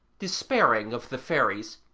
despairing of the fairies,